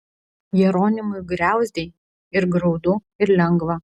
jeronimui griauzdei ir graudu ir lengva